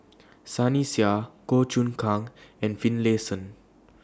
Sunny Sia Goh Choon Kang and Finlayson